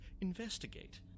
investigate